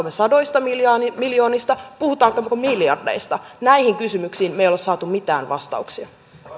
me sadoista miljoonista puhummeko me miljardeista näihin kysymyksiin me emme ole saaneet mitään vastauksia